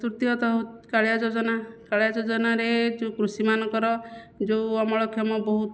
ତୃତୀୟତଃ କାଳିଆ ଯୋଜନା କାଳିଆ ଯୋଜନାରେ ଯେଉଁ କୃଷିମାନଙ୍କର ଯେଉଁ ଅମଳକ୍ଷମ ବହୁତ